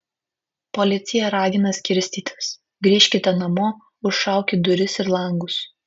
policija ragina skirstytis grįžkite namo užšaukit duris ir langus